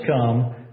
come